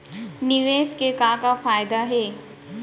निवेश के का का फयादा हे?